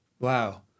Wow